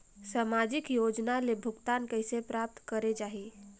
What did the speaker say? समाजिक योजना ले भुगतान कइसे प्राप्त करे जाहि?